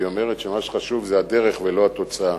והיא אומרת שמה שחשוב זה הדרך ולא התוצאה.